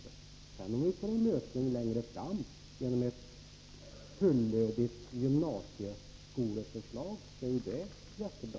Om vi sedan får en lösning längre fram genom ett fullödigt gymnasieskoleförslag, är ju det jättebra.